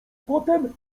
potem